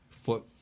foot